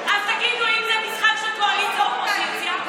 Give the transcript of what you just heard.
אז תגידו אם זה משחק של קואליציה אופוזיציה.